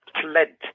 fled